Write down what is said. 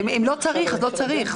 אם לא צריך, לא צריך.